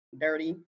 dirty